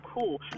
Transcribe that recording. Cool